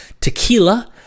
tequila